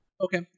Okay